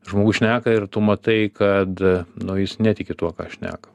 žmogus šneka ir tu matai kad nu jis netiki tuo ką šneka